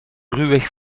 ruwweg